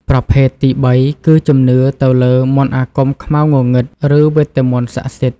ប្រភេទទីបីគឺជំនឿទៅលើមន្តអាគមខ្មៅងងឹត ឬវេទមន្តសក្តិសិទ្ធិ។